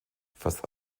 fast